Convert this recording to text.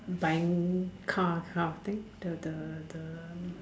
buying car this kind of thing the the the